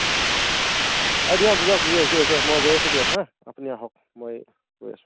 হয় অঁ দিয়ক দিয়ক ইয়েচ ইয়েচ ইয়েচ মই গৈ আছোঁ দিয়ক হা আপুনি আহক মই গৈ আছোঁ